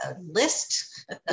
list